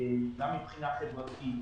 גם מבחינה חברתית,